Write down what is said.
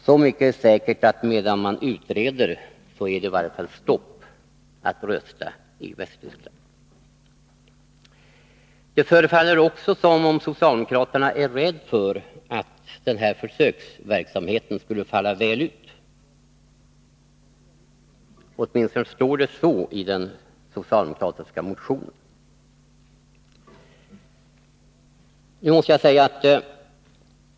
Så mycket är säkert att medan man utreder är det stopp för att rösta i varje fall i Västtyskland. Det förefaller som om socialdemokraterna är rädda för att försöksverksamheten skulle falla väl ut. Åtminstone står det så i den socialdemokratiska motionen.